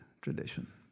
tradition